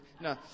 No